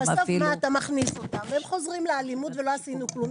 בסוף אתה מכניס אותם והם חוזרים לאלימות ולא עשינו כלום.